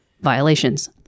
violations